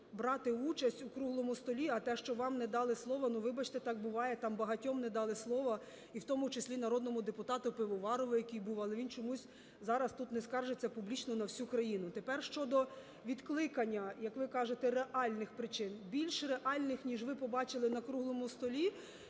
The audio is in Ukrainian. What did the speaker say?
брати участь у круглому столі, а те, що вам не дали слово – ну вибачте, так буває, там багатьом не дали слово і в тому числі народному депутату Пивоварову, який був, але він чомусь зараз тут не скаржиться публічно на всю країну. Тепер щодо відкликання, як ви кажете, реальних причин. Більш реальних, ніж ви побачили на круглому столі,